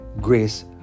grace